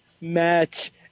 match